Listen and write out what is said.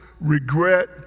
regret